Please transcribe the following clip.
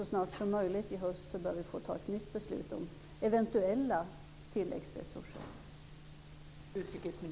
Så snart som möjligt i höst bör vi ta ett nytt beslut om eventuella tilläggsresurser.